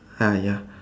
uh ya